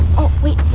oh wait!